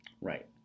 Right